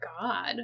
god